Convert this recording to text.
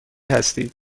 هستید